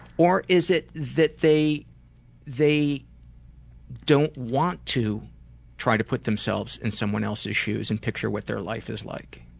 or is it that they they don't want to try to put themselves in someone else's shoes and picture what their life is like?